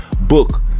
book